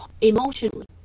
emotionally